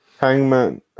Hangman